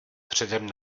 předem